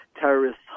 terrorists